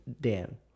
Dan